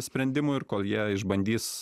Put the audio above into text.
sprendimų ir kol jie išbandys